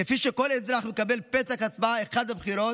כפי שכל אזרח מקבל פתק הצבעה אחד בבחירות,